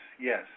yes